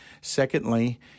secondly